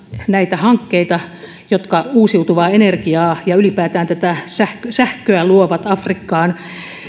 näitä hankkeita jotka uusiutuvaa energiaa ja ylipäätään sähköä sähköä luovat afrikkaan